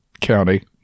county